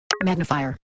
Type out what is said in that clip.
magnifier